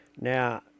Now